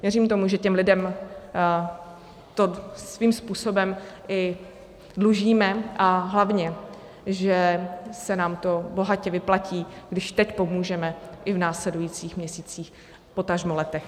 Věřím tomu, že těm lidem to svým způsobem i dlužíme a hlavně že se nám to bohatě vyplatí, když teď pomůžeme, i v následujících měsících, potažmo letech.